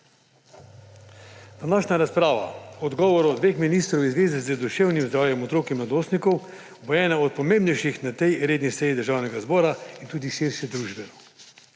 Današnja razprava o odgovoru dveh ministrov v zvezi z duševnim zdravjem otrok in mladostnikov bo ena od pomembnejših na tej redni seji Državnega zbora in tudi širše družbe.